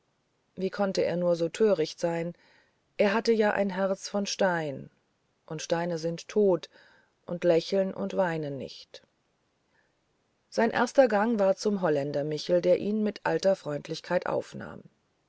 wie konnte er nur so töricht sein er hatte ja ein herz von stein und steine sind tot und lächeln und weinen nicht sein erster gang war zum holländer michel der ihn mit alter freundlichkeit aufnahm